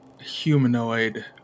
humanoid